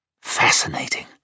Fascinating